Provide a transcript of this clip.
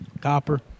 copper